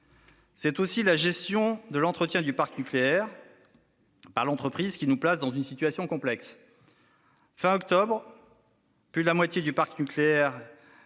C'est aussi la gestion de l'entretien du parc nucléaire par l'entreprise qui nous place dans une situation complexe. Fin octobre, plus de la moitié du parc nucléaire